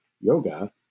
yoga